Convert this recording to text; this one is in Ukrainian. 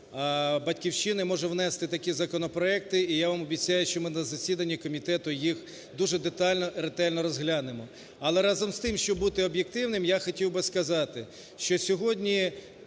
"Батьківщина", може внести такі законопроекти. І я вам обіцяю, що ми на засіданні комітету їх дуже детально, ретельно розглянемо. Але, разом з тим, щоб бути об'єктивним, я хотів би сказати, що сьогодні